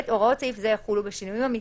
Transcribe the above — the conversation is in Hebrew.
(ב)הוראות סעיף זה יחולו, בשינויים המתחייבים,